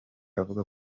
avuga